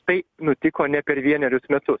tai nutiko ne per vienerius metus